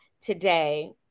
today